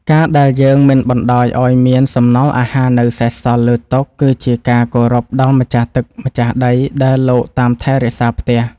ការដែលយើងមិនបណ្តោយឱ្យមានសំណល់អាហារនៅសេសសល់លើតុ គឺជាការគោរពដល់ម្ចាស់ទឹកម្ចាស់ដីដែលលោកតាមថែរក្សាផ្ទះ។